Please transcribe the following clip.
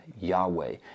Yahweh